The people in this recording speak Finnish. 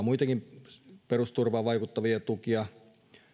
muitakin perusturvaan vaikuttavia tukia